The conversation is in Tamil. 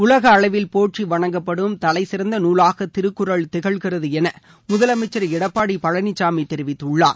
உலக அளவில் போற்றி வணங்கப்படும் தலைசிறந்த நாவாக திருக்குறள் திகழ்கிறது என முதலமைச்சர் எடப்பாடி பழனிச்சாமி தெரிவித்துள்ளார்